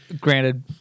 granted